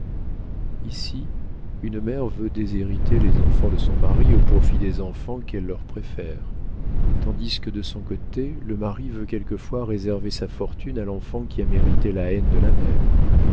ici une mère veut déshériter les enfants de son mari au profit des enfants qu'elle leur préfère tandis que de son côté le mari veut quelquefois réserver sa fortune à l'enfant qui a mérité la haine de la mère